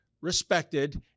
respected